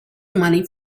money